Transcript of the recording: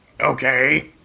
Okay